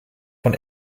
von